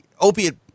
Opiate